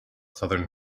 southern